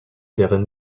deren